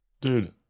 dude